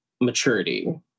maturity